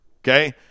okay